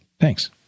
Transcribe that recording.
Thanks